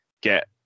get